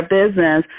business